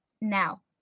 Now